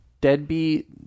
deadbeat